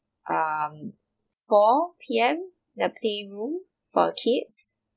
um four P_M the play room for kids